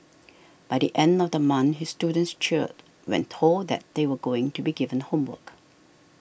by the end of the month his students cheered when told that they were going to be given homework